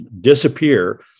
disappear